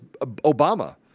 Obama